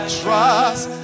trust